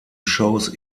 shows